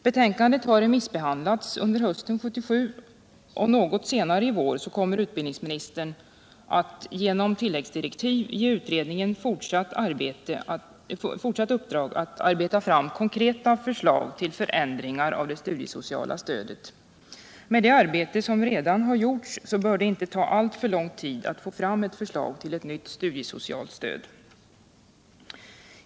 Betänkandet har remissbehandlats under hösten 1977, och något senare i vår kommer utbildningsministern att genom tilläggsdirektiv ge utredningen fortsatt uppdrag att arbeta fram konkreta förslag till förändringar av det studiesociala stödet. Med det arbete som redan nedlagts bör det inte ta alltför lång tid att få fram ett förslag till ett nytt studiesocialt stöd.